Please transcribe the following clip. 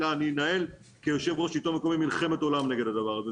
אלא אני אנהל כיושב ראש שלטון מקומי מלחמת עולם נגד הדבר הזה.